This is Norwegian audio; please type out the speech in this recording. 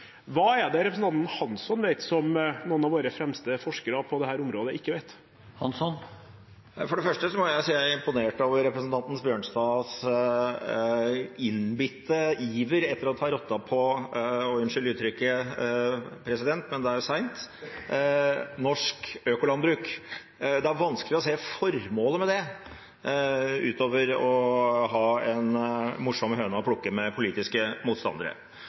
Hva er det representanten Hansson vet, som noen av våre fremste forskere på dette området ikke vet? For det første må jeg si jeg er imponert over representanten Bjørnstads innbitte iver etter å ta rotta på – unnskyld uttrykket, president, men det er sent – norsk økolandbruk. Det er vanskelig å se formålet med det, utover å ha en morsom høne å plukke med politiske motstandere.